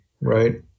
right